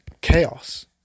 chaos